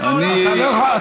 אני אבקש,